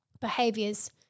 Behaviors